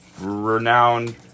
renowned